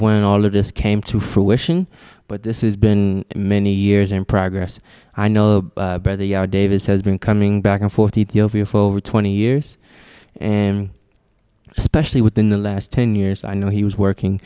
when all of this came to fruition but this is been many years in progress i know by the hour davis has been coming back and forth ethiopia for over twenty years and especially within the last ten years i know he was working